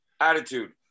Attitude